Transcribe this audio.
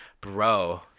bro